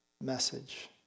message